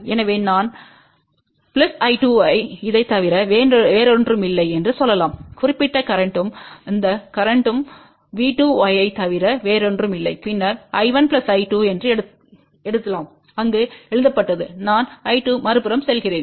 எனவே நான்1 I2இதைத் தவிர வேறொன்றுமில்லை என்று சொல்லலாம் குறிப்பிட்ட கரேன்ட்மும் அந்த கரேன்ட்மும் V2Yஐத் தவிர வேறொன்றுமில்லை பின்னர் I1I2என்றுஎழுதலாம் அங்கு எழுதப்பட்டதுநான்2மறுபுறம்செல்கிறேன்